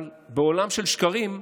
אבל בעולם של שקרים,